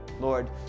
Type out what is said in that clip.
Lord